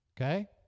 Okay